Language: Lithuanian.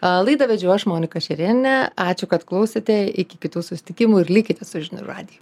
a laidą vedžiau aš monika šeriene ačiū kad klausėte iki kitų susitikimų ir likite su žinių radiju